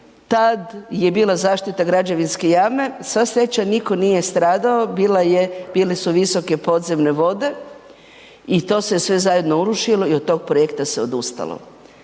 tad je bila zaštita građevinske jame, sva sreća nitko nije stradao, bila je, bile su visoke podzemne vode i to se sve zajedno urušilo i od tog projekta se odustalo.